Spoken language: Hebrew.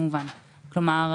כלומר,